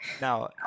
Now